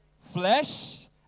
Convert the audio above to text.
flesh